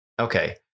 Okay